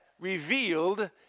revealed